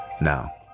Now